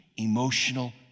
emotional